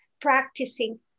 practicing